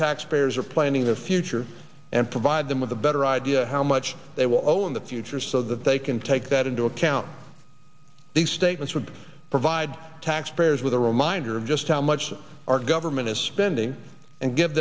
tax payers are planning the future and provide them with a better idea how much they will owe in the future so that they can take that into account these statements would provide taxpayers with a reminder of just how much our government is spending and give